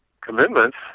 commitments